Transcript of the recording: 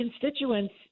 constituents